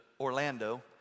Orlando